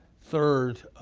third,